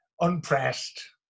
unpressed